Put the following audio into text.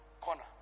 corner